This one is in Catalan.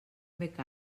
bec